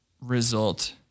result